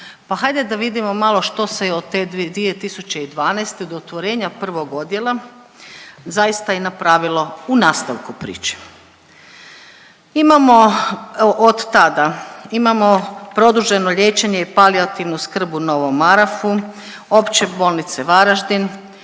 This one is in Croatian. pa hajde da vidimo malo što se je od te 2012., od otvorenja prvog odjela zaista i napravilo u nastavku priče. Imamo, od tada imamo produženo liječenje i palijativnu skrb u Novom Marofu, Opće bolnice Varaždin,